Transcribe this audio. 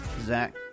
zach